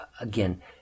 again